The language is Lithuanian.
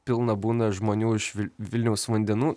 pilna būna žmonių iš vilniaus vandenų